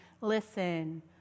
listen